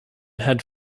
had